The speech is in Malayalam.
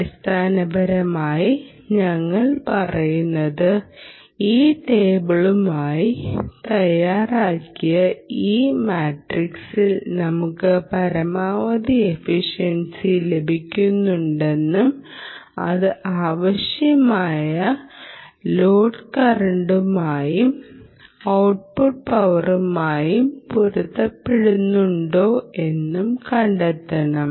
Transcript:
അടിസ്ഥാനപരമായി ഞങ്ങൾ പറയുന്നത് ഈ ടേബിളുകൾ തയ്യാറാക്കി ഈ മാട്രിക്സിൽ നമുക്ക് പരമാവധി എഫിഷൻസി ലഭിക്കുന്നുണ്ടൊയെന്നും അത് ആവശ്യമായ ലോഡ് കറണ്ടുമായും ഔട്ട്പുട്ട് പവറുമായും പൊരുത്തപ്പെടുന്നുണ്ടോ എന്നും കണ്ടെത്തണം